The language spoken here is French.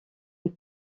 une